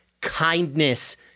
kindness